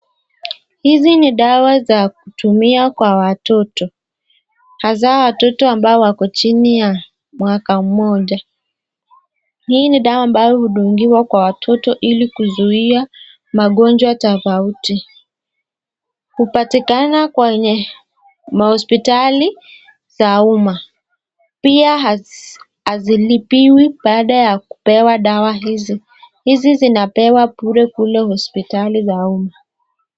Hizi ni dawa za kutumia kwa watoto. Hasa watoto ambao wako chini ya mwaka mmoja. Hii ni dawa ambao hudungiwa kwa watoto ili kuzuia magonjwa tofauti. Hupatikana kwenye mahospitali za uma. Pia hazilipiwi baada ya kupewa dawa hizo. Hizi zinapewa bure kule hospitali za uma.